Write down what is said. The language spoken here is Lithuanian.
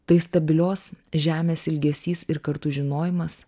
tai stabilios žemės ilgesys ir kartu žinojimas